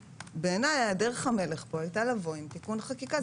בעיניי דרך המלך פה הייתה לבוא עם תיקון חקיקה.